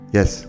Yes